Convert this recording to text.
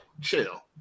Chill